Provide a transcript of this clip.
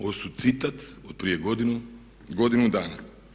Ovo su citat od prije godinu dana.